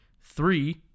three